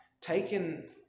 taken